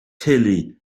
teulu